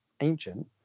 ancient